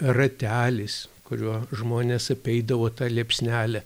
ratelis kuriuo žmonės apeidavo tą liepsnelę